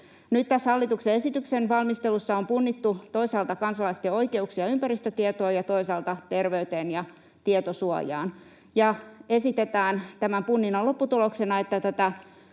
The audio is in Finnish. Nyt tässä hallituksen esityksen valmistelussa on punnittu toisaalta kansalaisten oikeuksia ympäristötietoon ja toisaalta terveyteen ja tietosuojaan ja esitetään tämän punninnan lopputuloksena, että